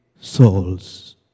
souls